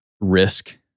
risk